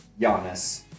Giannis